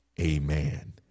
amen